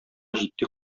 җитди